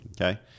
Okay